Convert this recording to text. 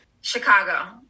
Chicago